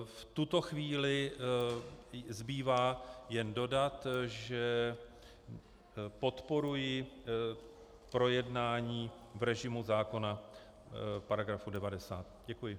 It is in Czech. V tuto chvíli zbývá jen dodat, že podporuji projednání v režimu zákona § 90. Děkuji.